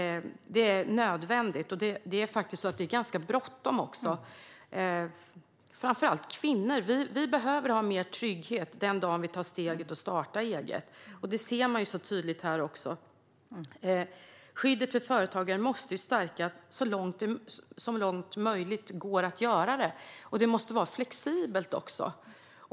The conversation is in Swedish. Det är nödvändigt, och det är faktiskt också ganska bråttom. Framför allt vi kvinnor behöver ha mer trygghet den dag vi tar steget och startar eget. Det ser man tydligt här också. Skyddet för företagare måste stärkas så långt som det är möjligt att göra det, och det måste också vara flexibelt.